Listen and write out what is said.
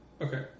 Okay